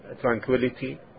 tranquility